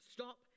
Stop